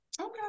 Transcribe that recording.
Okay